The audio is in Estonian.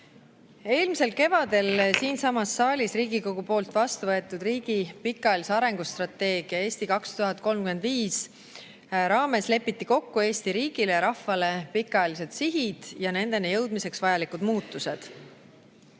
Eelmisel kevadel siinsamas saalis Riigikogu poolt vastu võetud riigi pikaajalise arengustrateegia "Eesti 2035" raames lepiti kokku Eesti riigi ja rahva pikaajalised sihid ja nendeni jõudmiseks vajalikud muutused.